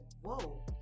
whoa